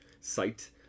site